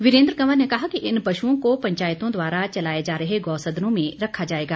वीरेन्द्र कंवर ने कहा कि इन पशुओं को पंचायतों द्वारा चलाए जा रहे गौ सदनों में रखा जाएगा